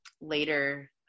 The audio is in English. later